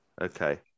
Okay